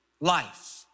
life